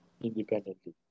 independently